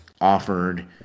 offered